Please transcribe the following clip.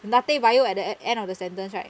dattebayo at the end of the sentence right